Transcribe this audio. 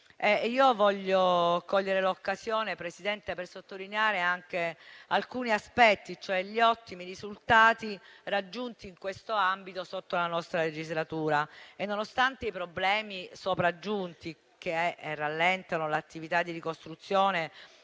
Voglio cogliere l'occasione per sottolineare anche alcuni aspetti, come ad esempio gli ottimi risultati raggiunti in questo ambito sotto la nostra legislatura. Nonostante i problemi sopraggiunti che rallentano l'attività di ricostruzione